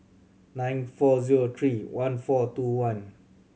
nine four zero three one four two one